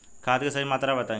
खाद के सही मात्रा बताई?